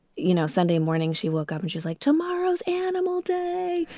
you know, sunday morning she woke up and she's like, tomorrow's animal day.